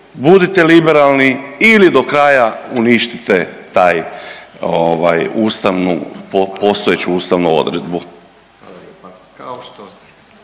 budite liberalni ili do kraja uništite tu postojeću ustavnu odredbu.